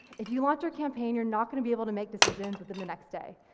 if you launch your campaign, you're not going to be able to make decisions within the next day,